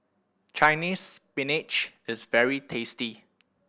Chinese Spinach is very tasty